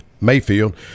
Mayfield